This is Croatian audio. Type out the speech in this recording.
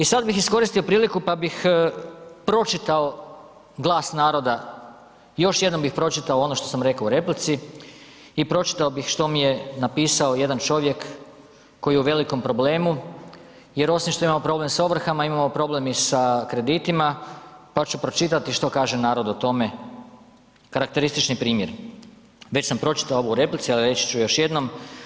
I sad bih iskoristio priliku pa bih pročitao glas naroda, još jednom bih pročitao ono što sam rekao u replici i pročitao bih što mi je napisao jedan čovjek koji je u velikom problemu jer osim što imamo problem sa ovrhama imamo problem i sa kreditima, pa ću pročitati što kaže narod o tome, karakteristični primjeri već sam pročitao ovo u replici, ali reći ću još jednom.